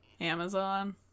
Amazon